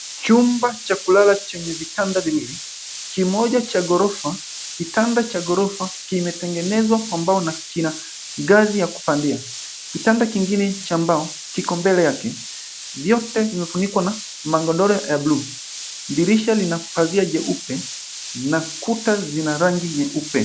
Chumba cha kulala chenye vitanda viwili, kimoja cha ghorofa, kitanda cha cha ghorofa kimetengenezwa kwa mbao na kina ngazi ya kupandia. Kitanda kingine cha mbao kiko mbele yake. Vyote vimefunikwa na magodoro ya buluu. dirisha lina pazia jeupe na kuta zina rangi nyeupe.